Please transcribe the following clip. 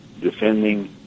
defending